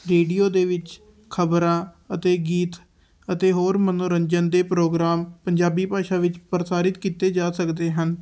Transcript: radio ਦੇ ਵਿੱਚ ਖਬਰਾਂ ਅਤੇ ਗੀਤ ਅਤੇ ਹੋਰ ਮਨੋਰੰਜਨ ਦੇ ਪ੍ਰੋਗਰਾਮ ਪੰਜਾਬੀ ਭਾਸ਼ਾ ਵਿੱਚ ਪ੍ਰਸਾਰਿਤ ਕੀਤੇ ਜਾ ਸਕਦੇ ਹਨ